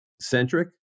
centric